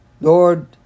Lord